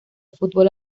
fútbol